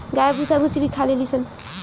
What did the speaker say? गाय भूसा भूसी भी खा लेली सन